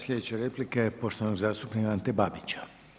Sljedeća replika je poštovanog zastupnika Ante Babića.